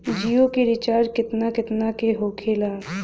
जियो के रिचार्ज केतना केतना के होखे ला?